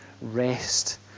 rest